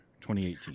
2018